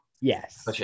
Yes